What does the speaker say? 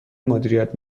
مدیریت